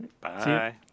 Bye